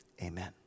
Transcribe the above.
Amen